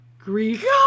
Grief